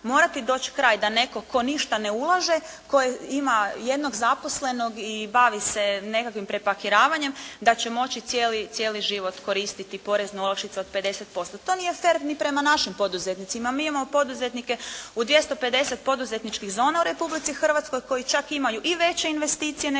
morati doći kraj, da netko tko ništa ne ulaže, koji ima jednog zaposlenog i bavi se nekakvim prepakiravanjem, da će moći cijeli život koristiti poreznu olakšicu od 50%. To nije fer ni prema našim poduzetnicima. Mi imamo poduzetnike u 250 poduzetničkih zona u Republici Hrvatskoj koji imaju čak i veće investicije, nego